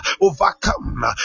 overcome